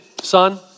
son